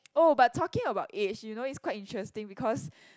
oh but talking about age you know it's quite interesting because